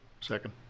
Second